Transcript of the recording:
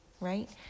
right